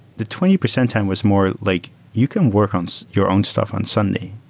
the twenty percent time was more like you can work on so your own stuff on sunday.